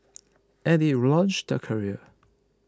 and it launched their careers